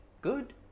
good